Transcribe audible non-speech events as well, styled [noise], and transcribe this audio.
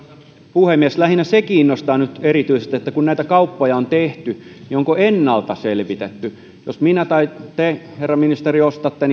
puhemies lähinnä se kiinnostaa nyt erityisesti että kun näitä kauppoja on tehty niin onko ennalta selvitetty jos minä tai te herra ministeri ostatte [unintelligible]